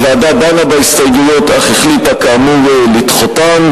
הוועדה דנה בהסתייגויות אך החליטה, כאמור, לדחותן,